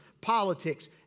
politics